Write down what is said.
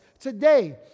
today